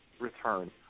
return